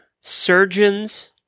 surgeons